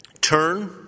turn